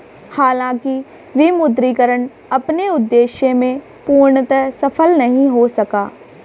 हालांकि विमुद्रीकरण अपने उद्देश्य में पूर्णतः सफल नहीं हो सका